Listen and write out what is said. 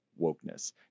wokeness